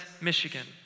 Michigan